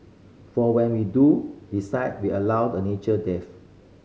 for when we do decide we allow a natural death